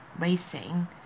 racing